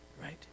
right